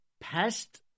past